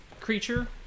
creature